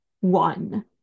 one